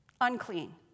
unclean